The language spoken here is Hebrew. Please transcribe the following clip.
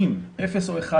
שנספיק עד שהכנסת תתפזר.